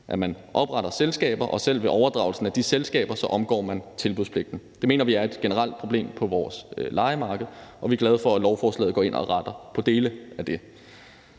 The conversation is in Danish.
at man opretter selskaber, og ved overdragelsen af de selskaber omgår man tilbudspligten. Det mener vi er et generelt problem på vores lejemarked, og vi er glade for, at lovforslaget går ind og retter på dele af det.